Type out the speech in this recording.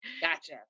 Gotcha